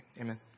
Amen